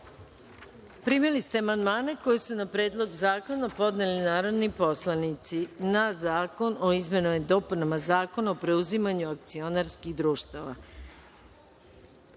celini. Primili ste amandmane koje su na Predlog zakona podneli narodni poslanici na zakon o izmenama i dopunama Zakona o preuzimanju akcionarskih društava. Primili